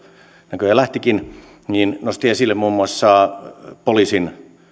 näköjään lähtikin nosti esille muun muassa poliisin